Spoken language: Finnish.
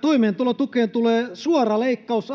Toimeentulotukeen tulee suora leikkaus,